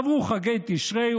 עברו חגי תשרי,